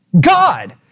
God